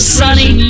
sunny